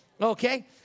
Okay